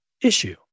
issue